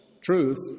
truth